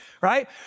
right